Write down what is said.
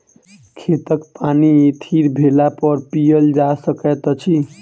खेतक पानि थीर भेलापर पीयल जा सकैत अछि